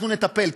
אנחנו נטפל בזה,